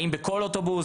האם בכל אוטובוס?